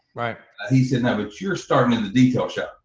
right. he said no but you're starting at the detail shop,